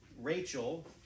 Rachel